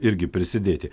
irgi prisidėti